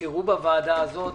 תראו בוועדה הזאת